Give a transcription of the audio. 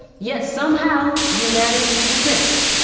yet somehow you manage to do this.